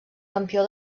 campió